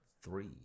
three